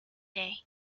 day